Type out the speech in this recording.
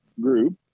group